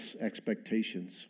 expectations